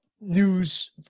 news